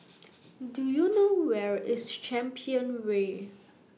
Do YOU know Where IS Champion Way